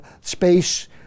space